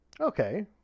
Okay